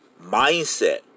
mindset